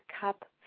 cup